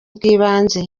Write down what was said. bw’ibanze